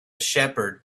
shepherd